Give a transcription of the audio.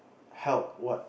help what